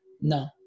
no